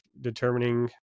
determining